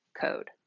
code